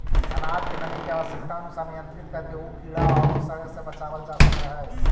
अनाज के नमी के आवश्यकतानुसार नियन्त्रित करके उ कीड़ा औउर सड़े से बचावल जा सकऽ हई